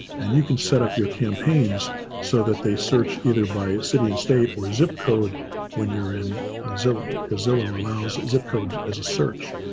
and you can set up your campaigns so that they search either by city and state or zip code when you're in ah zillow, because zillow allows zip codes as a search.